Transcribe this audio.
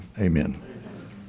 amen